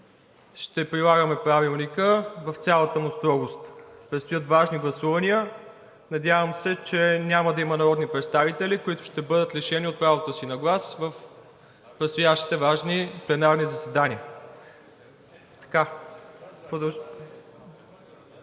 ще прилагаме Правилника в цялата му строгост. Предстоят важни гласувания. Надявам се, че няма да има народни представители, които ще бъдат лишени от правото си на глас в предстоящите важни пленарни заседания.